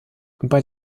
bei